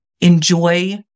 enjoy